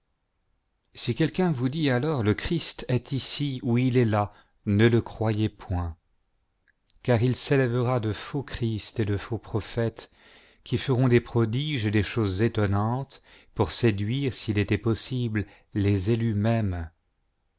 si quelqu'un vous dit alors le christ est ici ou il est là ne le croyez point car il s'élèvera de faux christs et de faux prophètes qui feront des prodiges et des choses étonnantes pour séduire s'il était possible les élus